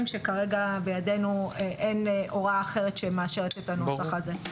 כאשר כרגע אין לנו הוראה אחרת שמאשרת את הנוסח הזה.